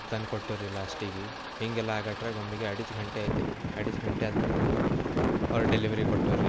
ತಂದ್ಕೊಟ್ಟುರಿ ಲಾಸ್ಟ್ಗೆ ಹೀಗೆಲ್ಲ ಆಗಟ್ರಾಗ ಒಮ್ಮೆಗೆ ಆಡಿಚ್ ಘಂಟೆ ಆಯ್ತು ರಿ ಆಡಿಚ್ ಘಂಟೆ ಆದ್ಮೇಲೆ ನಮ್ಗೆ ಅವ್ರು ಡೆಲಿವರಿ ಕೊಟ್ಟೂರ್ರಿ